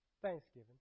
thanksgiving